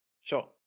Sure